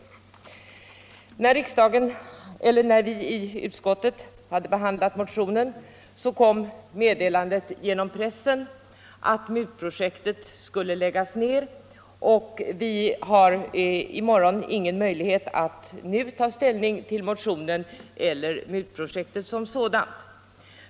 När vi i utskottet hade behandlat motionen, kom meddelandet genom pressen att MUT-projektet skulle läggas ned, och vi har i morgon ingen möjlighet att ta ställning till motionen eller MUT-projektet som sådant.